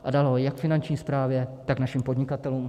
A dala ho jak Finanční správě, tak našim podnikatelům.